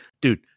dude